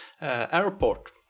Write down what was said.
airport